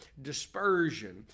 dispersion